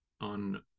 on